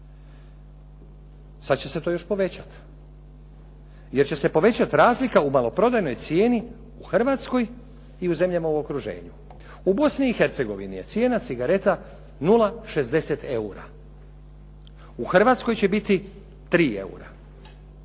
Sada će se to još povećati, jer će se povećati razlika u maloprodajnoj cijeni u Hrvatskoj i u zemljama u okruženu. U Bosni i Hercegovini je cijena cigareta 0,60 eura. U Hrvatskoj će biti 3 eura.